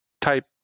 type